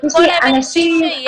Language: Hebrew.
את כל האמת כפי שהיא.